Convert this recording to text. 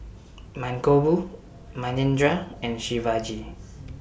Mankombu Manindra and Shivaji